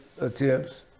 attempts